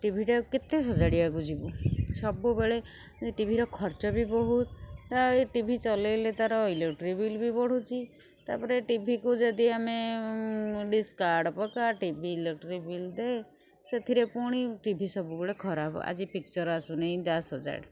ଟିଭିଟା କେତେ ସଜାଡ଼ିବାକୁ ଯିବୁ ସବୁବେଳେ ଟିଭିର ଖର୍ଚ୍ଚ ବି ବହୁତ ପ୍ରାୟେ ଟିଭି ଚଲେଇଲେ ତାର ଇଲେକ୍ଟ୍ରି ବିଲ୍ ବି ବଢ଼ୁଛି ତାପରେ ଟିଭିକୁ ଯଦି ଆମେ ଡ଼ିସ୍ କାର୍ଡ ପକା ଟିଭି ଇଲେକ୍ଟ୍ରି ବିଲ୍ ଦେ ସେଥିରେ ପୁଣି ଟିଭି ସବୁବେଳେ ଖରାପ ଆଜି ପିକ୍ଚର୍ ଆସୁନି ତା ସଜାଡ଼େ